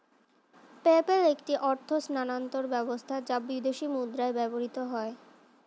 PayPal একটি অর্থ স্থানান্তর ব্যবস্থা যা বিদেশী মুদ্রায় ব্যবহৃত হয়